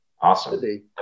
Awesome